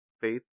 faith